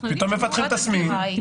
הם מפתחים תסמינים.